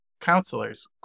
counselors